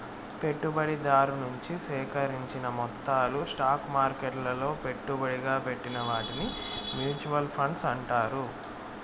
పెట్టుబడిదారు నుంచి సేకరించిన మొత్తాలు స్టాక్ మార్కెట్లలో పెట్టుబడిగా పెట్టిన వాటిని మూచువాల్ ఫండ్స్ అంటారు